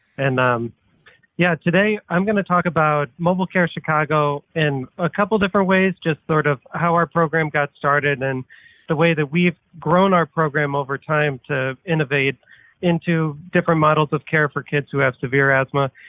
and um yeah, today i'm going to talk about mobile care chicago in a couple of different ways, just sort of how our program got started in the way that we've grown our program over time to innovate in two different models of care for kids who have severe asthma.